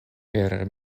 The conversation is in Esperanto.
per